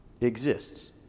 exists